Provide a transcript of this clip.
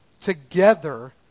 together